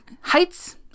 heights